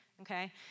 Okay